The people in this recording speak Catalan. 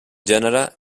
gènere